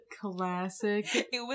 Classic